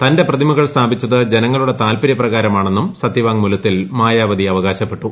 തന്റെ പ്രതിമകൾ സ്ഥാപിച്ചത് ജനങ്ങളുടെ താൽപര്യപ്കാരമാണെന്നും സത്യവാങ്മൂലത്തിൽ മായാവതി അവകാരുപ്പെട്ടു